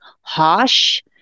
harsh